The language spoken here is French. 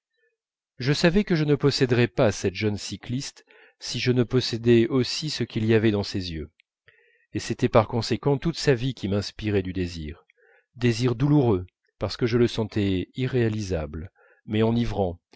je savais que je ne posséderais pas cette jeune cycliste si je ne possédais aussi ce qu'il y avait dans ses yeux et c'était par conséquent toute sa vie qui m'inspirait du désir désir douloureux parce que je le sentais irréalisable mais enivrant